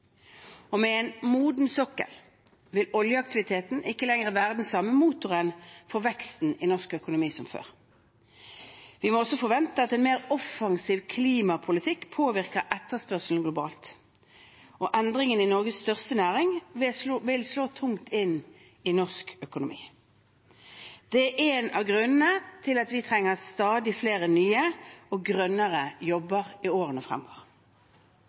Og med en moden sokkel vil oljeaktiviteten ikke lenger være den samme motoren for vekst i norsk økonomi som før. Vi må også forvente at en mer offensiv klimapolitikk påvirker etterspørselen globalt, og endringene i Norges største næring vil slå tungt inn i norsk økonomi. Det er en av grunnene til at vi trenger stadig flere nye og grønnere jobber i årene fremover.